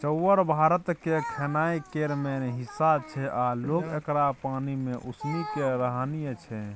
चाउर भारतक खेनाइ केर मेन हिस्सा छै आ लोक एकरा पानि मे उसनि केँ रान्हय छै